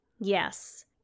Yes